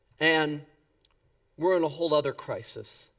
and we're in a whole other crisis.